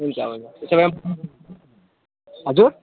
हुन्छ हुन्छ त्यसो भए हजुर